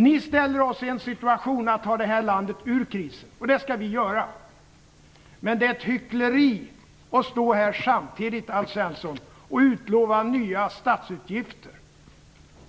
Ni ställer oss i situationen att ta det här landet ur krisen, och det skall vi göra. Men det är hyckleri, Alf Svensson, att samtidigt stå här och utlova nya statsutgifter,